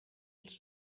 els